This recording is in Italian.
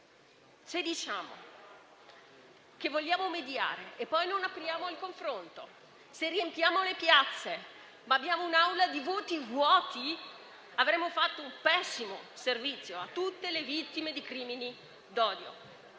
Se diciamo che vogliamo mediare e poi non apriamo al confronto; se riempiamo le piazze ma abbiamo un'Aula di voti vuoti, avremmo reso un pessimo servizio a tutte le vittime dei crimini d'odio.